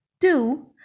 Two